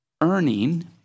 earning